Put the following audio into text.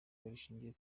rishingiye